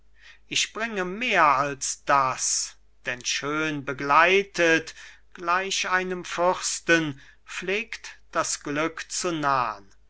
ich bringe mehr als das denn schön begleitet gleich einem fürsten pflegt das glück zu nahn